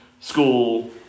school